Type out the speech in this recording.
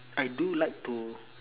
I do like to